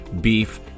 beef